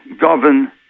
govern